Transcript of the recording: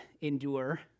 endure